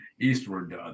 eastward